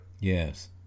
Yes